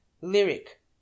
lyric